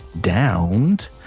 downed